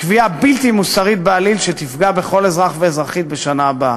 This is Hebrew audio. קביעה בלתי מוסרית בעליל שתפגע בכל אזרח ואזרחית בשנה הבאה.